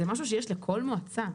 זה משהו שיש לכל מועצה.